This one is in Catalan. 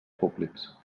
públics